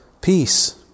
peace